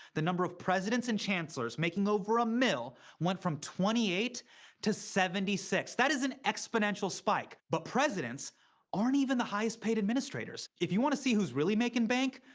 the number of presidents and chancellors making over a mil went from twenty eight to seventy six. that is an exponential spike. but presidents aren't even the highest-paid administrators. if you want to see who's really making bank,